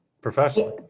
professionally